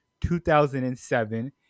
2007